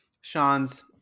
Sean's